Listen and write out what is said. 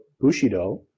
Bushido